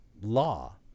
law